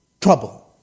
trouble